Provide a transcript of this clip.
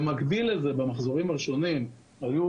במקביל לזה, במחזורים הראשונים היו